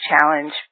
challenge